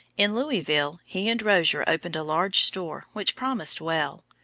in louisville, he and rozier opened a large store which promised well.